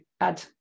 add